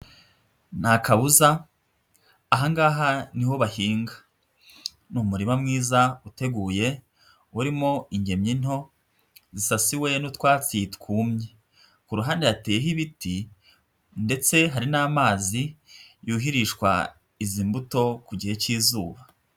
Nta kabuza aha ngaha niho bahinga, ni umurima mwiza uteguye, urimo ingemwe nto zisasiwe n'utwatsi twumye, ku ruhande hateye ibiti ndetse hari n'amazi yuhirishwa izi mbuto ku gihe cy'izuba.